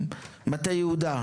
מטה יהודה,